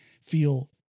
feel